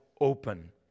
open